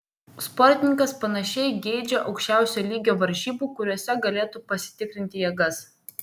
sportininkas panašiai geidžia aukščiausio lygio varžybų kuriose galėtų pasitikrinti jėgas